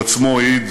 הוא עצמו העיד: